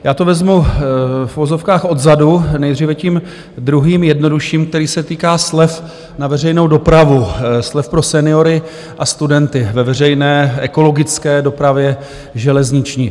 Já to vezmu v uvozovkách odzadu, nejdříve tím druhým, jednodušším, který se týká slev na veřejnou dopravu, slev pro seniory a studenty ve veřejné ekologické dopravě železniční.